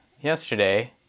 yesterday